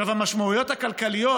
המשמעויות הכלכליות,